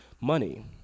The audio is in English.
money